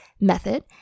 method